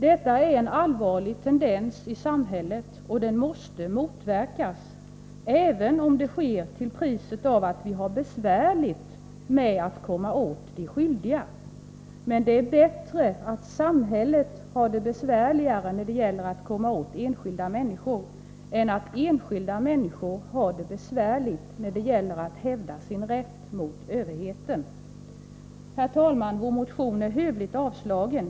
Detta är en allvarlig tendens i samhället, och den måste motverkas, även om det sker till priset av att det är besvärligt att komma åt de skyldiga. Det är bättre att samhället har det besvärligt när det gäller att komma åt enskilda människor än att enskilda människor har det besvärligt när det gäller att hävda sin rätt mot överheten. Herr talman! Vår motion är hövligt avstyrkt.